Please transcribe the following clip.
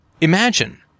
imagine